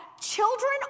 children